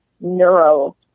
neuro